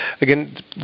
again